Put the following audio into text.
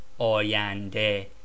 oyande